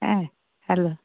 হ্যাঁ হ্যালো